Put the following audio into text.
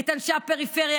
את אנשי הפריפריה,